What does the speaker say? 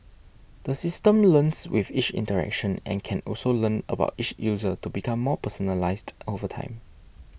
the system learns with each interaction and can also learn about each user to become more personalised over time